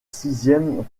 sixième